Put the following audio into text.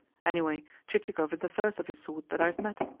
anyway, chichikov is the first of his sort that i have met.